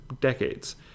decades